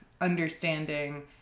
understanding